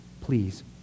Please